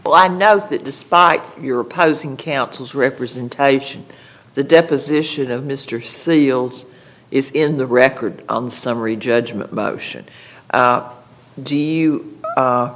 well i'm now that despite your opposing counsel's representation the deposition of mr seales is in the record on summary judgment motion do you